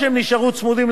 אבל הפעילים לא קיבלו כלום,